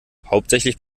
hauptsächlich